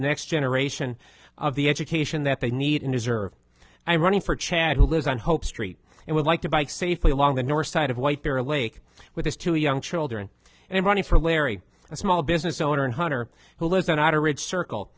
the next generation of the education that they need and deserve i am running for chad who lives on hope street and would like to bike safely along the north side of white bear lake with his two young children and running for larry a small business owner and hunter who lives there not a rich circle